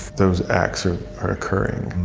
those acts are are occurring.